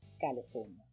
california